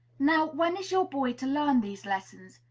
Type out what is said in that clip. now, when is your boy to learn these lessons?